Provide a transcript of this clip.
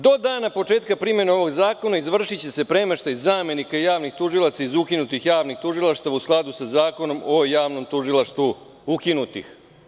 Do dana početka primene ovog zakona izvršiće se premeštaj zamenika javnih tužilaca iz ukinutih javnih tužilaštava u skladu sa Zakonom o javnom tužilaštvu, ukinutih.